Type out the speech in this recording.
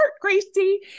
gracie